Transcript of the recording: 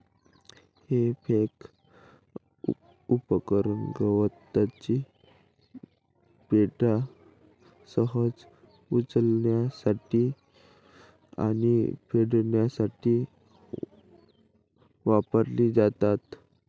हे फोर्क उपकरण गवताची पेंढा सहज उचलण्यासाठी आणि फेकण्यासाठी वापरली जातात